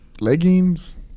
leggings